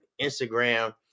Instagram